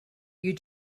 you